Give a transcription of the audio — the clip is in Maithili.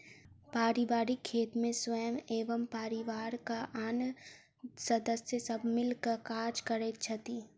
पारिवारिक खेत मे स्वयं एवं परिवारक आन सदस्य सब मिल क काज करैत छथि